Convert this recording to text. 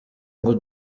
ngo